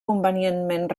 convenientment